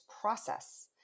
process